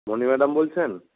মণি madam বলছেন